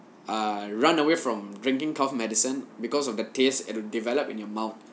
ah run away from drinking cough medicine because of the taste it'll develop in your mouth